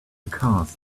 cast